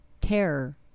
terror